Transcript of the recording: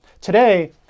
Today